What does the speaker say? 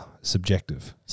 Subjective